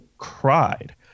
cried